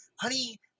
Honey